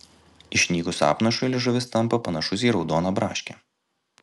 išnykus apnašui liežuvis tampa panašus į raudoną braškę